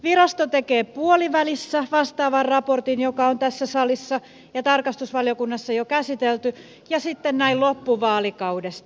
virasto tekee puolivälissä vastaavan raportin joka on tässä salissa ja tarkastusvaliokunnassa jo käsitelty ja sitten näin loppuvaalikaudesta